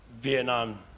Vietnam